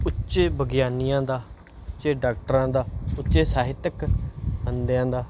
ਉੱਚੇ ਵਿਗਿਆਨੀਆਂ ਦਾ ਉੱਚੇ ਡਾਕਟਰਾਂ ਦਾ ਉੱਚੇ ਸਾਹਿਤਕ ਬੰਦਿਆਂ ਦਾ